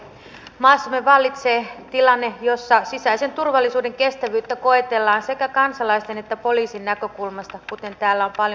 maassamme vallitsee tilanne jossa sisäisen turvallisuuden kestävyyttä koetellaan sekä kansalaisten että poliisin näkökulmasta kuten täällä on paljon puhuttu